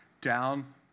down